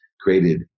created